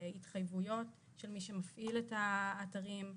התחייבויות של מי שמפעיל את האתרים,